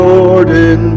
Jordan